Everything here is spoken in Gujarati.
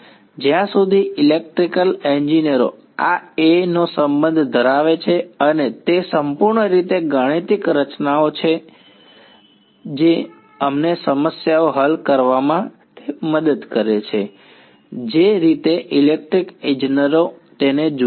જ્યાં સુધી ઇલેક્ટ્રીકલ ઇજનેરો આ A નો સંબંધ ધરાવે છે અને તે સંપૂર્ણ રીતે ગાણિતિક રચનાઓ છે જે અમને સમસ્યાઓ હલ કરવામાં મદદ કરે છે જે રીતે ઇલેક્ટ્રીકલ ઇજનેરો તેને જુએ છે